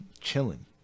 chilling